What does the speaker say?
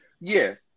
Yes